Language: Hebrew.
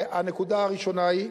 הנקודה הראשונה היא: